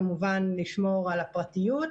כמובן לשמור על הפרטיות,